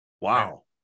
Wow